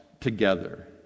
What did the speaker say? together